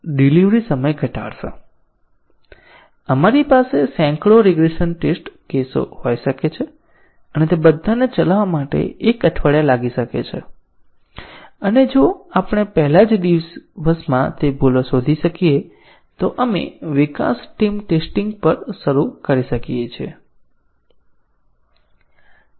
આપણી પાસે સેંકડો રિગ્રેશન ટેસ્ટ કેસ હોઈ શકે છે અને તે બધાને ચલાવવા માટે એક અઠવાડિયા લાગી શકે છે અને જો આપણે પહેલા જ દિવસમાં તે ભૂલો શોધી શકીએ તો આપણે વિકાસ ટીમ ટેસ્ટીંગ પર શરૂ કરી શકીએ છીએ